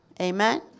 Amen